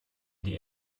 die